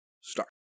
start